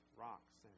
rocks